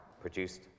produced